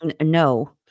No